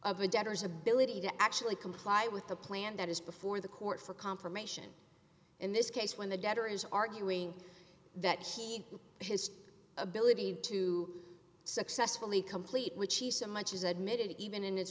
of a debtor's ability to actually comply with the plan that is before the court for confirmation in this case when the debtor is arguing that he has ability to successfully complete which he so much as admitted even in his